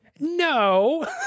No